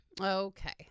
okay